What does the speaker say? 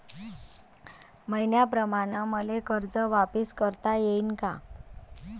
मईन्याप्रमाणं मले कर्ज वापिस करता येईन का?